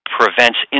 prevents